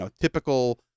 typical